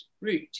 route